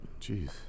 Jeez